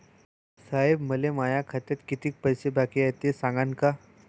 साहेब, मले माया खात्यात कितीक पैसे बाकी हाय, ते सांगान का?